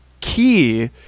key